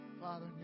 Father